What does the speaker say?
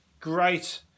great